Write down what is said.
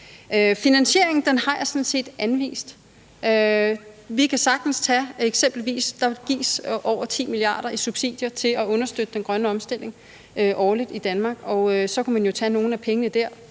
Finansieringen har jeg sådan set anvist. Eksempelvis gives der over 10 mia. kr. i subsidier til at understøtte den grønne omstilling årligt i Danmark, og så kunne man jo sagtens tage nogle af pengene derfra.